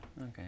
okay